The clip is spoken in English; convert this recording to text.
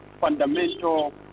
fundamental